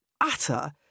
utter